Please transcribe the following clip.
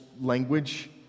language